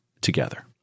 together